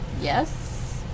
yes